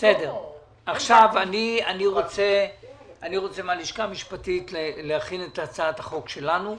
אבקש מן הלשכה המשפטית להכין את הצעת החוק שלנו,